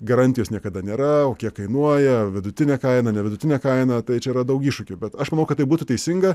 garantijos niekada nėra o kiek kainuoja vidutinė kaina ne vidutinė kaina tai čia yra daug iššūkių bet aš manau kad tai būtų teisinga